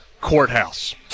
Courthouse